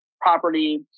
property